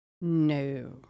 No